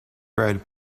bred